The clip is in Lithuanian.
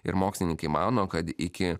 ir mokslininkai mano kad iki